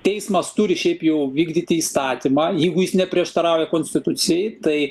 teismas turi šiaip jau vykdyti įstatymą jeigu jis neprieštarauja konstitucijai tai